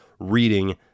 reading